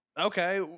okay